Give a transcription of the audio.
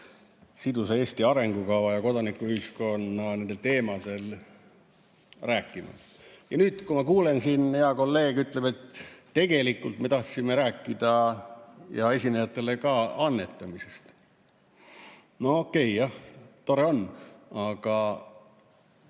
sidusa Eesti arengukava ja kodanikuühiskonna teemadel rääkima. Nüüd ma kuulen siin, kuidas hea kolleeg ütleb, et tegelikult me tahtsime rääkida annetamisest. No okei, jah, tore on. Aga